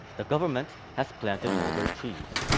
the government has planted mulberry trees.